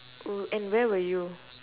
oo and where were you